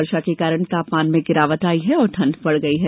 वर्षा के कारण तापमान में गिरावट आई है और ठंड बढ़ गई है